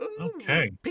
Okay